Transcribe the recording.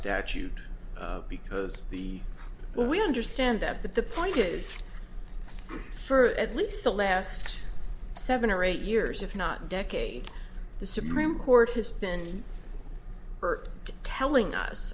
statute because the we understand that but the point is for at least the last seven or eight years if not decades the supreme court has been hurt telling us